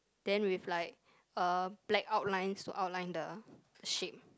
then with like uh black outlines to outline the shape